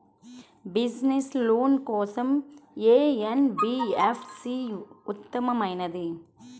Business loan కోసం ఏ NBFC ఉత్తమమైనది?